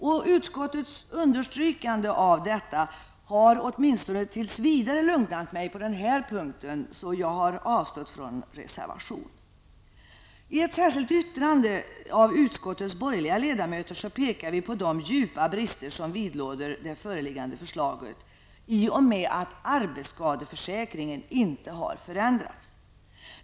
Att utskottet har understrykt detta har åtminstone tills vidare lugnat på denna punkt, och jag har därför avstått från att avge en reservation. I ett särskilt yttrande från utskottets borgerliga ledamöter pekar vi på de djupa brister som vidlåder det föreliggande förslaget i och med att arbetsskadeförsäkringen inte kommer att förändras.